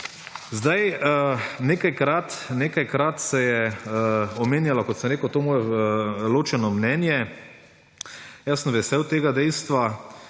dela. Nekajkrat se je omenjalo, kot sem rekel, to moje ločeno mnenje. Jaz sem vesel tega dejstva.